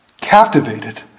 captivated